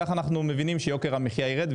כך אנחנו מבינים שיוקר המחיה יירד,